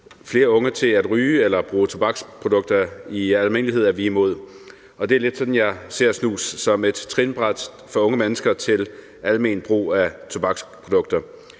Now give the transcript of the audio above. flere unge til at ryge eller bruge tobaksprodukter i almindelighed, er vi imod. Og det er lidt sådan, jeg ser snus, altså som et trinbræt for unge mennesker til alment brug af tobaksprodukter.